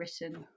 written